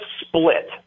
split